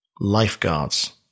Lifeguards